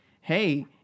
hey